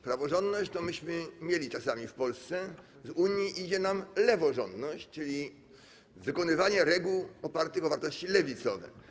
Praworządność to myśmy mieli czasami w Polsce, z Unii idzie nam leworządność, czyli przestrzeganie reguł opartych na wartościach lewicowych.